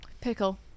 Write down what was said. Pickle